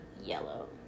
yellow